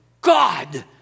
God